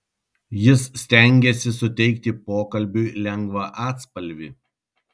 jis stengėsi suteikti pokalbiui lengvą atspalvį